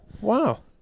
Wow